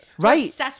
Right